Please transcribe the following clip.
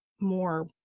more